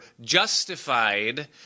justified